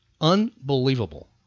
unbelievable